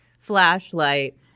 flashlight